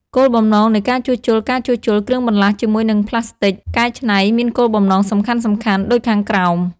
គោលបំណងនៃការជួសជុលការជួសជុលគ្រឿងបន្លាស់ជាមួយនឹងផ្លាស្ទិកកែច្នៃមានគោលបំណងសំខាន់ៗដូចខាងក្រោម